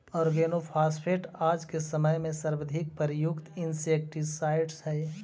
organophosphate आज के समय में सर्वाधिक प्रयुक्त इंसेक्टिसाइट्स् हई